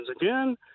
again